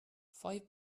five